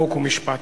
חוק ומשפט.